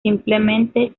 simplemente